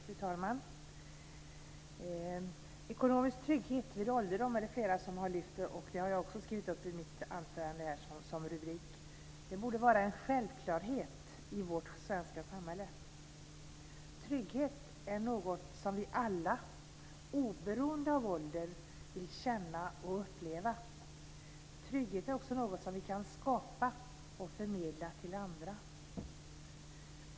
Fru talman! Många har talat om ekonomisk trygghet vid ålderdom, vilket jag har skrivit som rubrik för mitt anförande. Det borde vara en självklarhet i vårt svenska samhälle. Trygghet är något som vi alla oberoende av ålder vill känna och uppleva. Trygghet är också något som vi kan skapa och förmedla till andra.